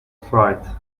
fright